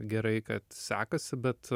gerai kad sekasi bet